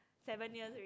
seven years